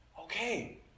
Okay